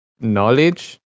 knowledge